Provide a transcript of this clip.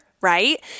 right